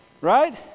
Right